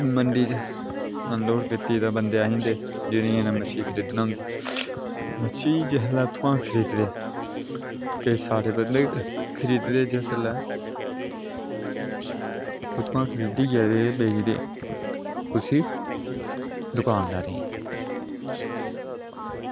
भी मंडी च अनलोड कीती ते बंदे आई जंदे जिनें जिनें मच्छी खरीदनी होंदी मच्छी जिसलै उत्थुआं खरीददे ते सारे बंदे खरीददे जिसलै उत्थुआं खरीदियै बेचदे कुसी दुकानदारें गी